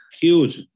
huge